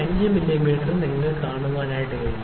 5 millimetre കണ്ടതായി നിങ്ങൾക്ക് കാണാൻ കഴിയും